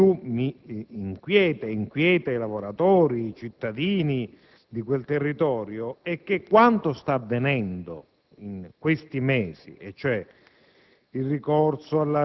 Ciò che più mi inquieta ed inquieta i lavoratori, i cittadini di quel territorio è che quanto sta avvenendo in questi mesi,